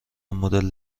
مدل